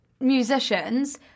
musicians